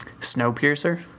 Snowpiercer